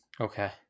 okay